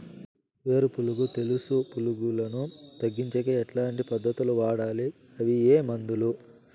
వేరు పులుగు తెలుసు పులుగులను తగ్గించేకి ఎట్లాంటి పద్ధతులు వాడాలి? అవి ఏ మందులు?